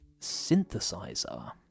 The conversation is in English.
synthesizer